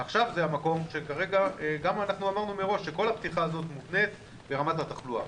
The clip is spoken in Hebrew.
גם אמרנו מראש שכל הפתיחה הזאת מותנית ברמת התחלואה.